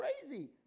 crazy